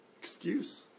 excuse